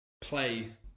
play